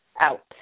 out